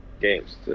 games